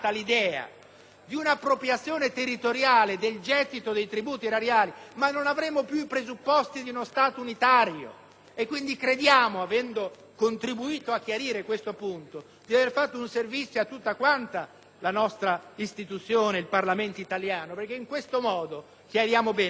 di una appropriazione territoriale del gettito dei tributi erariali, non avremmo più i presupposti di uno Stato unitario. Crediamo quindi, avendo contribuito a chiarire questo punto, di aver reso un servizio a tutta la nostra istituzione, il Parlamento italiano, perché in tal modo chiariamo bene che vogliamo